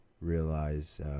realize